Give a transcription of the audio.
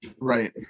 right